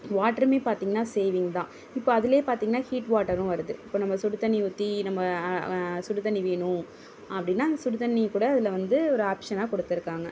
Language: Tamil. வாட்டருமே பார்த்திங்கன்னா சேவிங் தான் இப்போ அதுலேயே பார்த்திங்கன்னா ஹீட் வாட்டரும் வருது இப்போ நம்ம சுடு தண்ணி ஊற்றி நம்ம சுடு தண்ணி வேணும் அப்படினா அந்த சுடு தண்ணி கூட அதில் வந்து ஒரு ஆப்ஷனாக கொடுத்துருக்காங்க